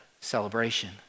celebration